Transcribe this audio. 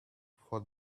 for